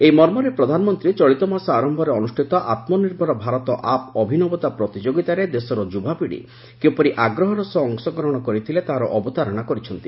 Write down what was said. ଏହି ମର୍ମରେ ପ୍ରଧାନମନ୍ତ୍ରୀ ଚଳିତ ମାସ ଆରମ୍ଭରେ ଅନୁଷ୍ଠିତ ଆମ୍ନିର୍ଭର ଭାରତ ଆପ୍ ଅଭିନବତା ପ୍ରତିଯୋଗିତାରେ ଦେଶର ଯୁବାପିଢ଼ି କିପରି ଆଗ୍ରହର ସହ ଅଂଶଗ୍ରହଣ କରିଥିଲେ ତାହାର ଅବତାରଣା କରିଛନ୍ତି